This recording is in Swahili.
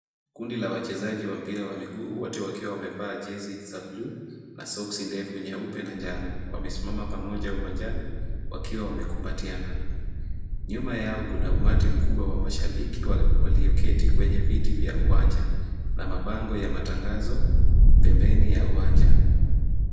Kundi la wachezaji wa mpira wa miguu wote wakiwa wamevaa jezi za bluu na soksi ndefu nyeupe na njano. Wamesimama pamoja uwanjani wakiwa wamekumbatiana. Nyuma yao kuna umati mkubwa wa mashabiki walioketi kwenye viti vya uwanja na mabango ya matangazo pembeni ya uwanja.